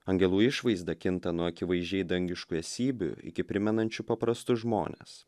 angelų išvaizda kinta nuo akivaizdžiai dangiškų esybių iki primenančių paprastus žmones